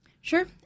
Sure